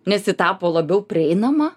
nes ji tapo labiau prieinama